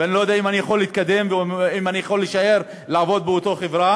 ואני לא יודע אם אני יכול להתקדם ואם אני יכול להישאר לעבוד באותה חברה,